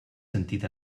sentit